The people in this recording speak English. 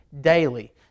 Daily